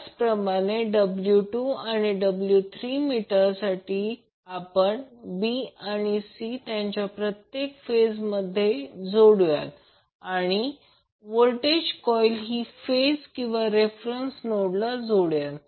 त्याचप्रमाणे W2 आणि W3 मीटरसाठी आपण b आणि c त्यांना प्रत्येकी फेज मध्ये जोडुया आणि व्होल्टेज कॉर्ईल ही फेज आणि रेफरन्स नोडला जोडुया